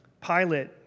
Pilate